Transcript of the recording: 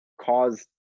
caused